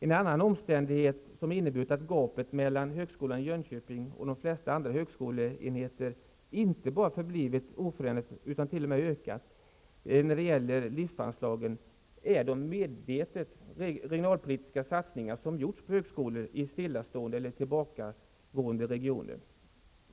En annan omständighet som inneburit att gapet mellan högskolan i Jönköping och de flesta andra högskoleenheter inte bara förblivit oförändrat utan t.o.m. ökat när det gäller LIFT-anslagen är de medvetet regionalpolitiska satsningar som gjorts på högskolor i stillastående eller tillbakagående regioner.